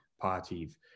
parties